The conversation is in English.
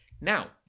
Now